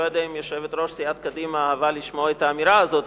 לא יודע אם יושבת-ראש סיעת קדימה אהבה לשמוע את האמירה הזאת,